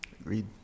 Agreed